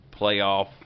playoff